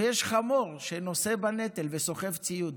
ויש חמור שנושא בנטל וסוחב ציוד.